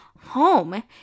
home